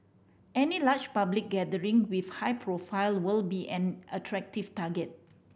any large public gathering with high profile will be an attractive target